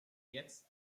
jetzt